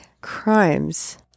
crimes